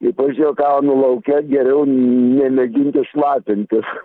kaip aš juokaunu lauke geriau nemėginti šlapintis